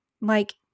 like-